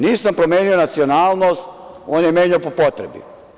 Nisam promenio nacionalnost, on je menja po potrebi.